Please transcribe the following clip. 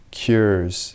cures